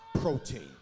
protein